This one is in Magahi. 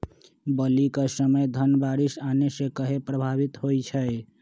बली क समय धन बारिस आने से कहे पभवित होई छई?